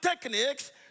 techniques